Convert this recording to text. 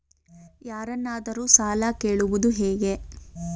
ಯಾರನ್ನಾದರೂ ಸಾಲ ಕೇಳುವುದು ಹೇಗೆ?